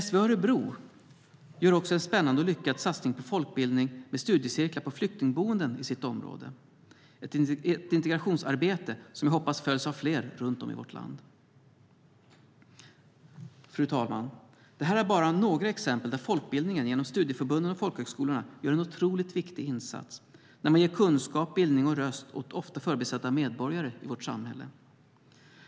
SV Örebro gör också en spännande och lyckad satsning på folkbildning med studiecirklar på flyktingboenden i sitt område. Det är ett integrationsarbete som jag hoppas följs av fler runt om i vårt land. Fru talman! Det här är bara några exempel där folkbildningen genom studieförbunden och folkhögskolorna gör en otroligt viktig insats när man ger kunskap, bildning och röst åt ofta förbisedda medborgare i vårt samhälle.